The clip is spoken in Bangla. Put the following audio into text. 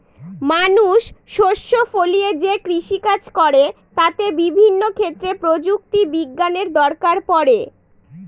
মানুষ শস্য ফলিয়ে যে কৃষিকাজ করে তাতে বিভিন্ন ক্ষেত্রে প্রযুক্তি বিজ্ঞানের দরকার পড়ে